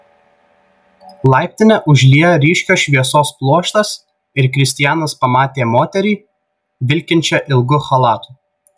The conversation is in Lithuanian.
laiptinę užliejo ryškios šviesos pluoštas ir kristianas pamatė moterį vilkinčią ilgu chalatu